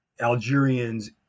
Algerians